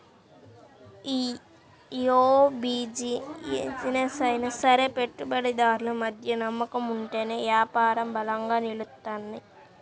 యే బిజినెస్ అయినా సరే పెట్టుబడిదారులు మధ్య నమ్మకం ఉంటేనే యాపారం బలంగా నిలుత్తది